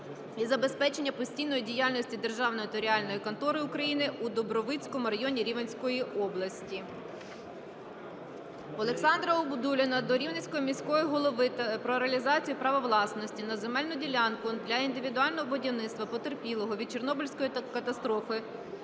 і забезпечення постійної діяльності державної нотаріальної контори України в Дубровицькому районі Рівненської області. Олександра Абдулліна до Рівненського міського голови про реалізацію права власності на земельну ділянку для індивідуального будівництва потерпілого від Чорнобильської катастрофи